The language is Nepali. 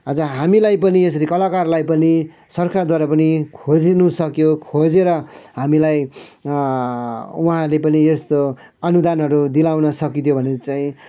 आज हामीलाई पनि यसरी कलाकारलाई पनि सरकारद्वारा पनि खोज्नु सक्यो खोजेर हामीलाई उहाँहरूले पनि यस्तो अनुदानहरू दिलाउन सकिदियो भने चाहिँ